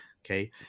Okay